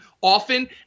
often